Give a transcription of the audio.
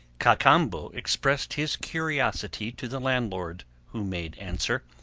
cacambo expressed his curiosity to the landlord, who made answer